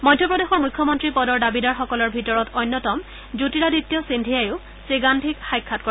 মধ্যপ্ৰদেশৰ মুখ্যমন্ত্ৰী পদৰ দাবীদাৰসকলৰ ভিতৰত অন্যতম জ্যোতিৰাদিত্য সিন্ধিয়ায়ো শ্ৰীগান্ধীক সাক্ষাৎ কৰে